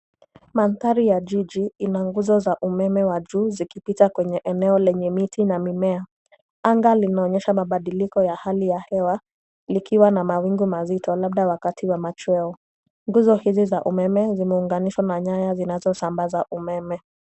Mandhari ya jiji ina nguzo za umeme wa juu zikipita kwenye eneo lenye miti na mimea. Anga linaonyesha mabadiliko ya hali ya hewa likiwa na mawingu mazito labda wakati wa machweo. Nguzo hizi za umeme zimeunganishwa na nyaya zinazosambaza umeme.